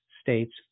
states